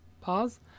pause